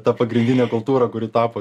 ta pagrindinė kultūra kuri tapo